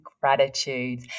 gratitude